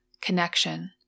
Connection